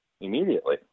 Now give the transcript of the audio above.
immediately